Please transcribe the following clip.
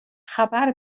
خبر